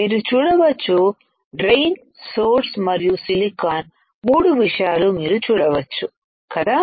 మీరు చూడవచ్చు drain source మరియు సిలికాన్ మూడు విషయాలు మీరు చూడొచ్చు కదా